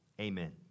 amen